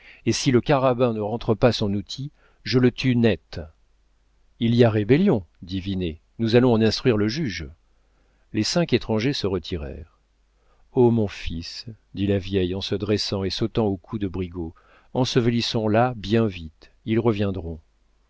et si le carabin ne rentre pas son outil je le tue net il y a rébellion dit vinet nous allons en instruire le juge les cinq étrangers se retirèrent oh mon fils dit la vieille en se dressant et sautant au cou de brigaut ensevelissons la bien vite ils reviendront